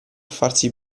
farsi